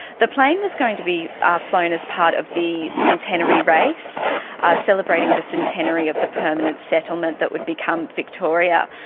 the plane was going to be ah flown as part of the centenary race celebrating the centenary of the permanent settlement that would become victoria.